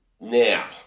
Now